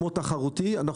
כמו תחרותי,